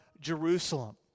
Jerusalem